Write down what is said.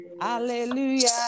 Hallelujah